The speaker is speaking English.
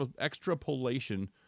extrapolation